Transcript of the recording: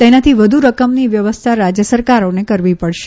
તેનાથી વધુ રકમની વ્યવસ્થા રાજ્ય સરકારોને કરવી પડશે